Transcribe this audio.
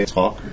talk